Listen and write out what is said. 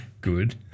Good